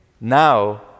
now